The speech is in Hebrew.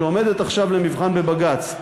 שעומדת עכשיו למבחן בבג"ץ,